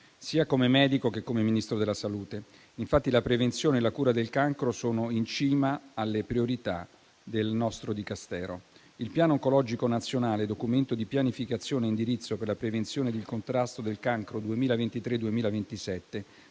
sia come medico che come Ministro della salute, tanto che la prevenzione e la cura del cancro sono in cima alle priorità del nostro Dicastero. Il Piano oncologico nazionale, documento di pianificazione e indirizzo per la prevenzione del contrasto del cancro 2023-2027,